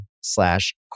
slash